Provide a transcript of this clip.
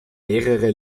mehrere